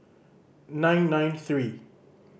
nine nine three